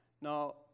Now